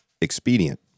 expedient